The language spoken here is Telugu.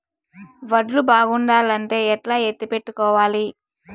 వడ్లు బాగుండాలంటే ఎట్లా ఎత్తిపెట్టుకోవాలి?